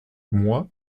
moi